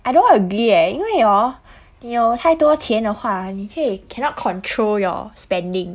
I don't agree eh 因为哦你有太多钱的话你可以 cannot control your spending